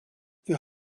wir